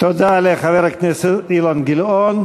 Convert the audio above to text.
תודה לחבר הכנסת אילן גילאון.